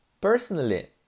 Personally